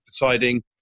deciding